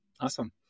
Awesome